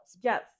Yes